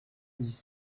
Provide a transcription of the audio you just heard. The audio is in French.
dix